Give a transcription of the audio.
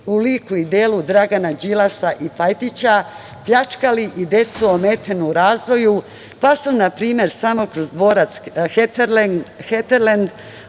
u liku i delu Drgana Đilasa i Pajtića pljačkali i decu ometenu u razvoju, pa su, na primer, samo kroz dvorac „Heterlend“